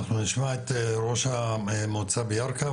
אנחנו נשמע את ראש המועצה בירכא,